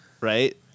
right